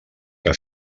que